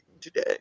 today